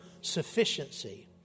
sufficiency